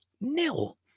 Nil